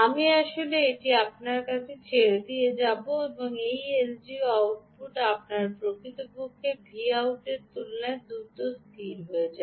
আমি আসলে এটি আপনার কাছে ছেড়ে দিয়ে যাব যে এলডিও আউটপুট আপনার প্রকৃত Vout র তুলনায় দ্রুত স্থির হয়ে যায়